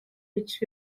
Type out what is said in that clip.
which